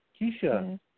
Keisha